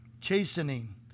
Chastening